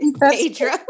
Pedro